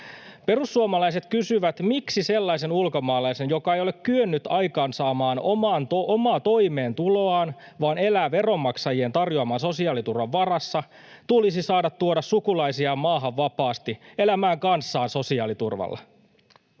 Perussuomalaiset kysyvät, miksi sellaisen ulkomaalaisen, joka ei ole kyennyt aikaansaamaan omaa toimeentuloaan vaan elää veronmaksajien tarjoaman sosiaaliturvan varassa, tulisi saada tuoda sukulaisiaan maahan vapaasti elämään kanssaan sosiaaliturvalla.